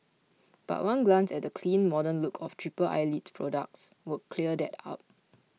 but one glance at the clean modern look of Triple Eyelid's products would clear that up